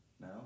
No